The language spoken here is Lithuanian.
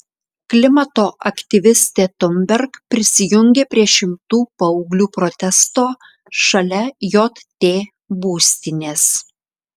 klimato aktyvistė thunberg prisijungė prie šimtų paauglių protesto šalia jt būstinės